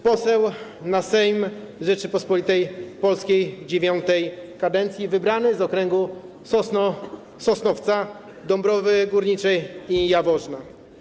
Poseł na Sejm Rzeczypospolitej Polskiej IX kadencji wybrany z okręgu Sosnowca, Dąbrowy Górniczej i Jaworzna.